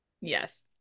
Yes